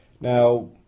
Now